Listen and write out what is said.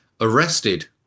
arrested